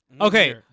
okay